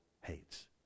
hates